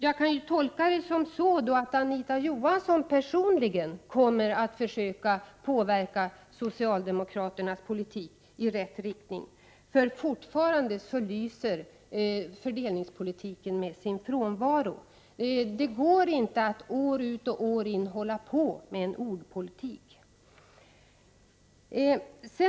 Jag tolkar det som att Anita Johansson personligen kommer att försöka påverka socialdemokraternas politik i rätt riktning, eftersom fördelningspolitiken fortfarande lyser med sin frånvaro. Det går inte att år ut och år in driva en ordpolitik.